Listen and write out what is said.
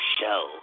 show